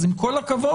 אז עם כל הכבוד,